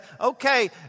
okay